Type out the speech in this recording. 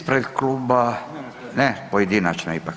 Ispred kluba, ne, pojedinačno ipak.